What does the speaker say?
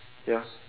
ya